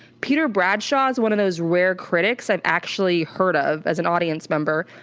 peter bradshaw is one of those rare critics i've actually heard of as an audience member.